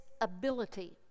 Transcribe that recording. ability